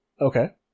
Okay